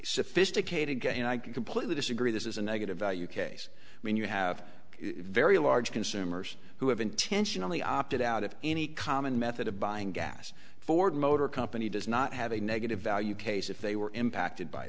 sophisticated and i completely disagree this is a negative value case when you have a very large consumers who have intentionally opted out of any common method of buying gas ford motor company does not have a negative value case if they were impacted by